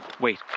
wait